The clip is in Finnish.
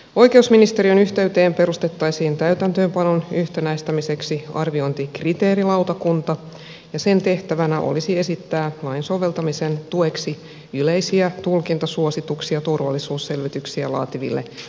oikeusministeriön yhteyteen perustettaisiin täytäntöönpanon yhtenäistämiseksi arviointikriteerilautakunta ja sen tehtävänä olisi esittää lain soveltamisen tueksi yleisiä tulkintasuosituksia turvallisuusselvityksiä laativille viranomaisille